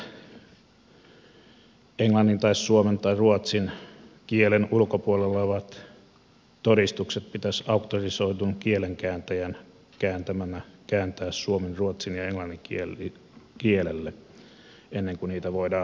myöskin englannin tai suomen tai ruotsin kielen ulkopuolella olevat todistukset pitäisi auktorisoidun kielenkääntäjän kääntämänä kääntää suomen ruotsin ja englannin kielelle ennen kuin niitä voidaan hyväksyä